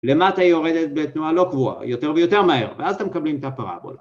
למטה היא יורדת בתנועה לא קבועה, יותר ויותר מהר, ואז אתם מקבלים את הפרבולה.